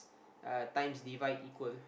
uh times divide equal